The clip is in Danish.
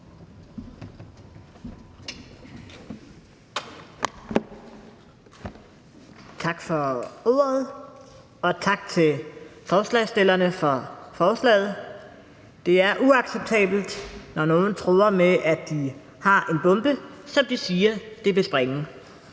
Tak for ordet, og tak til forslagsstillerne for forslaget. Det er uacceptabelt, når nogen truer med, at de har en bombe, som de siger de vil springe,